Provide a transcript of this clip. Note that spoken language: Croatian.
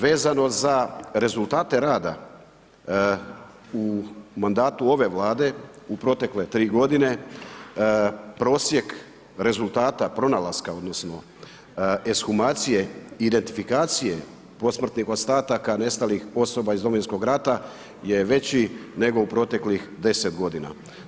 Vezano za rezultate rada u mandatu ove Vlade u protekle 3 godine prosjek rezultata pronalaska odnosno ekshumacije i identifikacije posmrtnih ostataka nestalih osoba ih Domovinskog rata je veći nego u proteklih 10 godina.